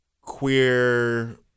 queer